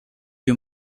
you